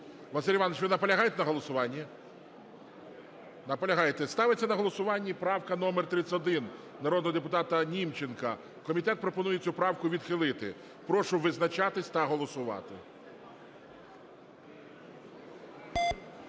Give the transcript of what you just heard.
Василь Іванович, ви наполягаєте на голосуванні? Наполягаєте. Ставиться на голосування правка номер 31 народного депутата Німченка. Комітет пропонує цю правку відхилити. Прошу визначатись та голосувати.